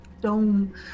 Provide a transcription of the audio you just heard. dome